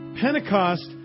Pentecost